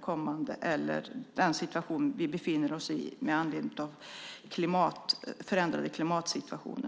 kommande situationer eller den situation vi nu befinner oss i med anledning av den förändrade klimatsituationen.